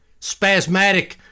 spasmatic